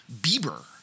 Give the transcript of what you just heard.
Bieber